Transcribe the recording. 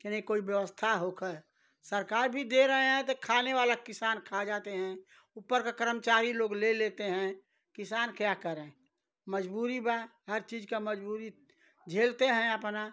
कि नहीं कोई व्यवस्था होकर सरकार भी दे रहे हैं तो खाने वाला किसान खा जाते हैं ऊपर का कर्मचारी लोग ले लेते हैं किसान क्या करें मजबूरी बा हर चीज का मजबूरी झेलते हैं अपना